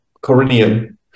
Corinium